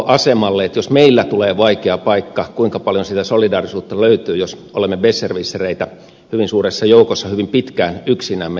jos meillä tulee vaikea paikka kuinka paljon sitä solidaarisuutta löytyy jos olemme besserwissereitä hyvin suuressa joukossa hyvin pitkään yksinämme